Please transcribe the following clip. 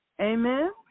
Amen